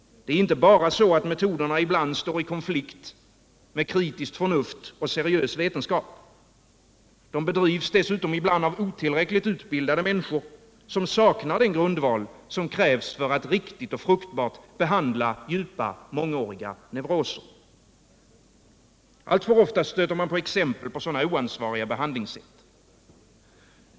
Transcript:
Det är inte bara så att metoderna ibland står i konflikt med kritiskt förnuft och seriös vetenskap. De bedrivs dessutom ibland av otillräckligt utbildade människor, som saknar den grundval som krävs för att riktigt och fruktbart behandla djupa, mångåriga neuroser. Alltför ofta stöter man på exempel på sådana oansvariga behandlingssätt.